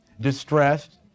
distressed